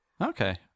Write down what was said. Okay